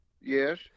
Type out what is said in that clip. Yes